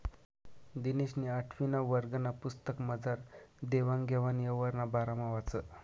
दिनेशनी आठवीना वर्गना पुस्तकमझार देवान घेवान यवहारना बारामा वाचं